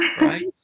right